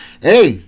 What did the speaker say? Hey